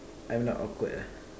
I'm not awkward ah